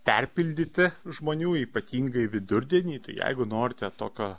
perpildyti žmonių ypatingai vidurdienį jeigu norite tokio